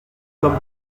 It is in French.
comme